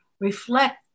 reflect